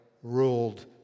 ruled